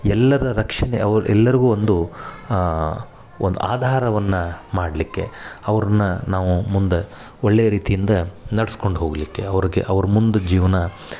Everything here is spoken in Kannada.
ಎಲ್ಲರ ರಕ್ಷಣೆ ಅವ್ರು ಎಲ್ಲರಿಗೂ ಒಂದು ಒಂದು ಆಧಾರವನ್ನು ಮಾಡಲಿಕ್ಕೆ ಅವ್ರನ್ನ ನಾವು ಮುಂದೆ ಒಳ್ಳೆಯ ರೀತಿಯಿಂದ ನಡ್ಸ್ಕೊಂದೂ ಹೋಗಲಿಕ್ಕೆ ಅವ್ರಿಗೆ ಅವ್ರ ಮುಂದೆ ಜೀವನ